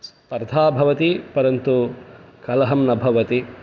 स्पर्धा भवति परन्तु कलहं न भवति